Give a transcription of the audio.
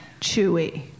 chewy